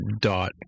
dot